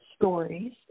stories